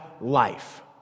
life